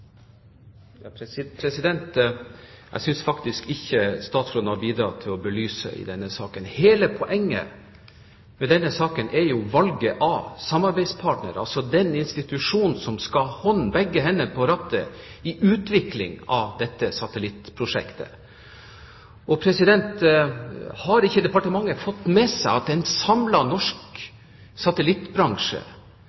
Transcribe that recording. Jeg synes faktisk ikke statsråden har bidratt til å belyse denne saken. Hele poenget med saken er jo valget av samarbeidspartnere – altså de som skal ha begge hender på rattet i utviklingen av dette satellittprosjektet. Har ikke departementet fått med seg at en samlet norsk